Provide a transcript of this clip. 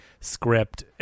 script